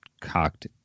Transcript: cocked